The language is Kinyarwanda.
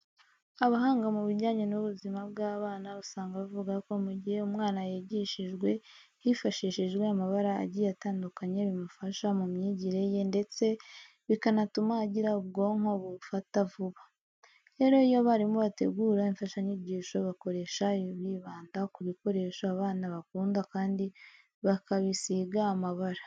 Abahanga mu bijyanye n'ubuzima bw'abana usanga bavuga ko mu gihe umwana yigishijwe hifashishijwe amabara agiye atandukanye, bimufasha mu myigire ye ndetse bikanatuma agira ubwonko bufata vuba. Rero iyo abarimu bategura imfashanyigisho bakoresha, bibanda ku bikoresho abana bakunda kandi bakabisiga amabara.